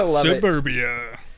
Suburbia